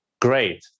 Great